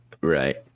Right